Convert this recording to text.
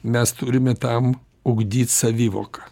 mes turime tam ugdyt savivoką